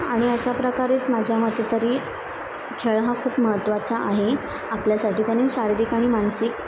आणि अशा प्रकारेच माझ्या मते तरी खेळ हा खूप महत्त्वाचा आहे आपल्यासाठी त्याने शारीरिक आणि मानसिक